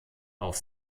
auf